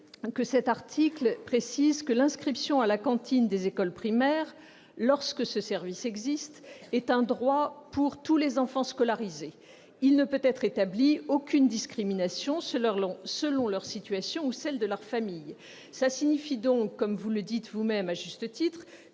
dudit article, « l'inscription à la cantine des écoles primaires, lorsque ce service existe, est un droit pour tous les enfants scolarisés. Il ne peut être établi aucune discrimination selon leur situation ou celle de leur famille. » Très bien ! Cela signifie donc, comme vous l'avez indiqué à juste titre,